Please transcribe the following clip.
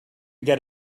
get